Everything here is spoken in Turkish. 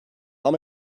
ama